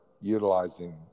utilizing